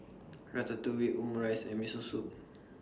Ratatouille Omurice and Miso Soup